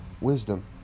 wisdom